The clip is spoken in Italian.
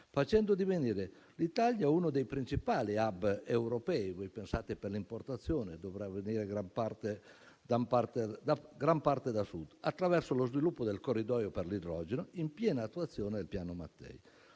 facendo divenire l'Italia uno dei principali *hub* europei (pensate che per le importazioni dovrà venire gran parte dal Sud) attraverso lo sviluppo del corridoio per l'idrogeno, in piena attuazione del Piano Mattei.